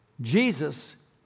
Jesus